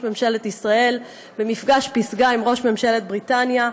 ממשלת ישראל במפגש פסגה עם ראש ממשלת בריטניה,